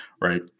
right